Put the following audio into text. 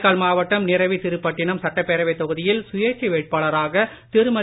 காரைக்கால் மாவட்டம் நிரவி திருப்பட்டிணம் சட்டப்பேரவைத் தொகுதியில் சுயேட்சை வேட்பாளராக திருமதி